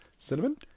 Cinnamon